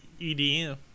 EDM